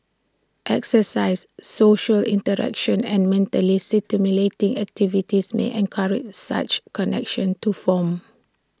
exercise social interaction and mentally stimulating activities may encourage such connections to form